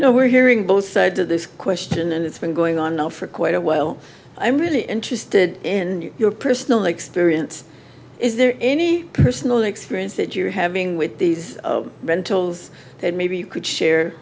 know we're hearing both sides of this question and it's been going on now for quite a while i'm really interested in your personal experience is there any personal experience that you're having with these rentals that maybe you could share